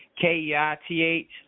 k-e-i-t-h